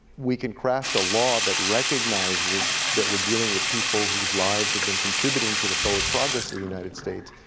we can craft a law that recognizes that we're dealing with people whose lives have been contributing to the forward progress of the united states,